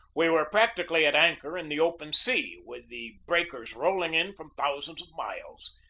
we were prac tically at anchor in the open sea, with the breakers rolling in from thousands of miles.